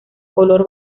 color